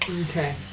Okay